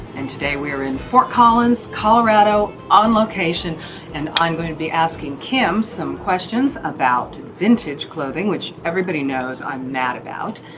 and today we're in fort collins, colorado, on location and i'm going to be asking kim some questions about vintage clothing, which everybody knows i'm mad about.